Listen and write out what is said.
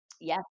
Yes